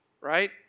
right